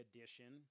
Edition